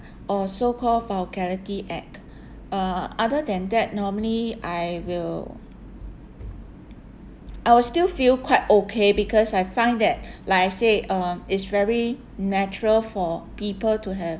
or so-called for clarity act uh other than that normally I will I will still feel quite okay because I find that like I say um it's very natural for people to have